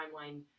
timeline